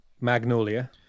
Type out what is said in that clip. Magnolia